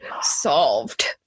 solved